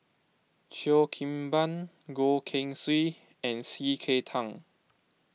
Cheo Kim Ban Goh Keng Swee and C K Tang